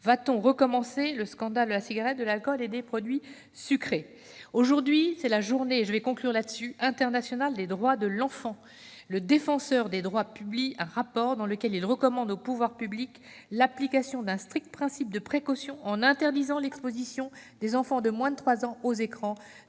Va-t-on reproduire le scandale de la cigarette, de l'alcool, des produits sucrés ? En conclusion, en cette Journée internationale des droits de l'enfant, le Défenseur des droits publie un rapport dans lequel il recommande aux pouvoirs publics l'application d'un strict principe de précaution en interdisant l'exposition des enfants de moins de trois ans aux écrans